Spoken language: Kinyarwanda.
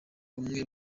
umwe